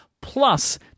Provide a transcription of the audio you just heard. plus